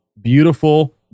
beautiful